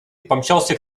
помчался